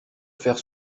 faire